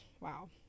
wow